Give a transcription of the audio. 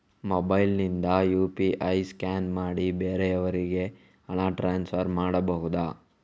Mobile ನಿಂದ UPI scan ಮಾಡಿ ಬೇರೆಯವರಿಗೆ ಹಣ ಟ್ರಾನ್ಸ್ಫರ್ ಮಾಡಬಹುದ?